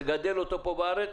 לגדל אותו פה בארץ